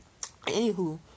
Anywho